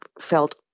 felt